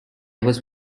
was